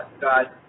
God